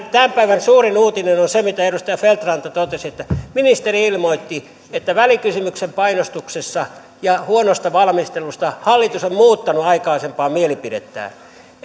tämän päivän suurin uutinen on se mitä edustaja feldt ranta totesi että ministeri ilmoitti että välikysymyksen painostuksessa ja huonosta valmistelusta hallitus on muuttanut aikaisempaa mielipidettään